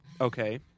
Okay